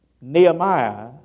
Nehemiah